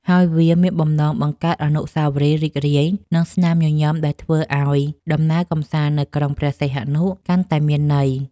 ហើយវាមានបំណងបង្កើតអនុស្សាវរីយ៍រីករាយ និងស្នាមញញឹមដែលធ្វើឱ្យដំណើរកម្សាន្តនៅក្រុងព្រះសីហនុកាន់តែមានន័យ។